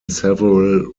several